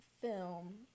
film